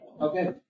Okay